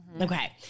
Okay